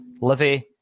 Livy